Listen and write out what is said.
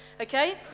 okay